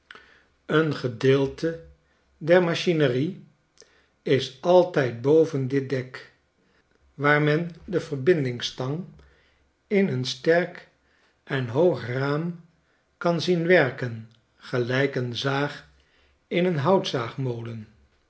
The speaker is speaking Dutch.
een gedeelte der machinerie is altijd boven dit dek waar men de verbindingsstang in een sterk en hoog raam kan zien werken gelijk een zaag in een